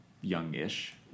youngish